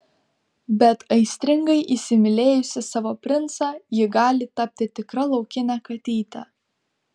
bet aistringai įsimylėjusi savo princą ji gali tapti tikra laukine katyte